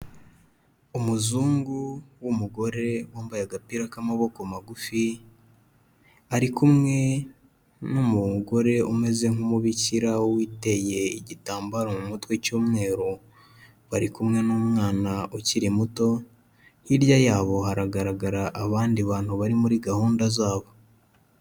Umuzungu w'umugore wambaye agapira k'amaboko magufi, ari kumwe n'umugore umeze nk'umubikira witeye igitambaro mu mutwe cy'umweru. Bari kumwe n'umwana ukiri muto, hirya yabo haragaragara abandi bantu bari muri gahunda zabo.